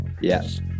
Yes